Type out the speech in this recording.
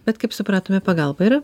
bet kaip supratome pagalba yra